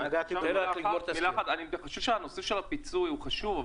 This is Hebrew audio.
אני חושב שהנושא של הפיצוי הוא חשוב,